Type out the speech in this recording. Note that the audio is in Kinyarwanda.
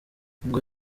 ngo